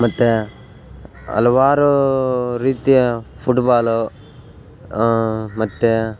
ಮತ್ತು ಹಲ್ವಾರು ರೀತಿಯ ಫುಟ್ಬಾಲು ಮತ್ತು